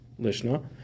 lishna